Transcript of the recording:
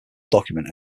document